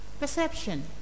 Perception